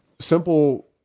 simple